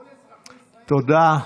כל אזרחי ישראל, תודה.